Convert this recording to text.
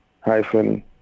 hyphen